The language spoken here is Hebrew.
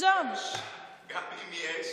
גם אם יש,